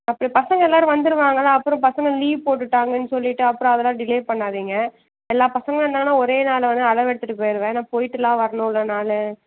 அப்புறம் பசங்கள் எல்லாேரும் வந்துடுவாங்கலா அப்புறம் பசங்கள் லீவ் போட்டுவிட்டாங்கன்னு சொல்லிட்டு அப்புறம் அதெலாம் டிலே பண்ணாதிங்க எல்லா பசங்களும் இருந்தாங்கனால் ஒரே நாளில் வந்து நான் அளவு எடுத்துகிட்டு போயிடுவேன் நான் போய்ட்டெலாம் வரணுல நான்